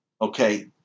okay